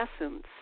essence